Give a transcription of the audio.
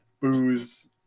booze